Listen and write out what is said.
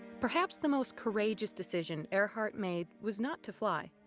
perhaps the most courageous decision earhart made was not to fly,